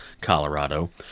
Colorado